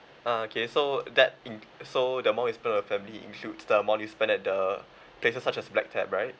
ah okay so that in~ so the amount you spend on your family includes the amount you spend at the places such as black tap right